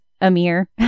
Amir